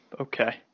Okay